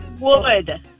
Wood